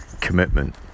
commitment